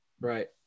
right